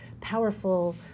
powerful